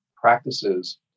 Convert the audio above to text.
practices